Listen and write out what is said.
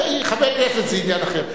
חבר כנסת זה עניין אחר.